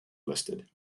listed